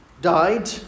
died